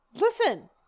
Listen